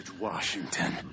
Washington